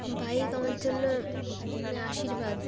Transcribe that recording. bike আমার জন্য মানে আশীর্বাদ